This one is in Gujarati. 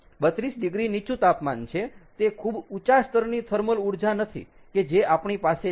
32 ડિગ્રી નીચું તાપમાન છે તે ખૂબ ઊંચા સ્તરની થર્મલ ઊર્જા નથી કે જે આપણી પાસે છે